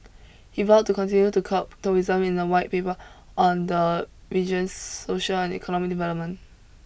he vowed to continue to curb tourism in a white paper on the region's social and economic development